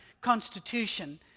constitution